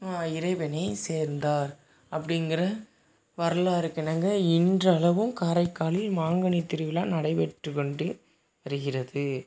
இறைவனை சேர்ந்தார் அப்படிங்கிற வரலாறுக்கிணங்க இன்றளவும் காரைக்காலில் மாங்கனி திருவிழா நடைபெற்று கொண்டு வருகிறது